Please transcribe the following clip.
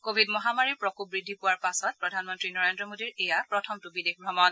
Covid মহামাৰীৰ প্ৰকোপ বৃদ্ধি পোৱাৰ পাছত প্ৰধানমন্ত্ৰী নৰেজ্ৰ মোডীৰ এয়া প্ৰথমটো বিদেশ ভ্ৰমণ